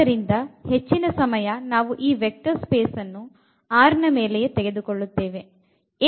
ಆದ್ದರಿಂದ ಹೆಚ್ಚಿನ ಸಮಯ ನಾವು ಈ ವೆಕ್ಟರ್ ಸ್ಪೇಸ್ ಅನ್ನು R ಮೇಲೆ ತೆಗೆದುಕೊಳ್ಳುತ್ತೇವೆ